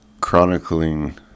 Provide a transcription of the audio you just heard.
chronicling